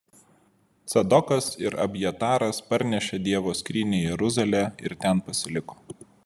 cadokas ir abjataras parnešė dievo skrynią į jeruzalę ir ten pasiliko